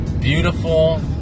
beautiful